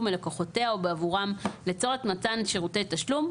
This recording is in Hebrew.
מלקוחותיה או בעבורם לצורך מתן שירותי תשלום,